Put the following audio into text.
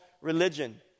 religion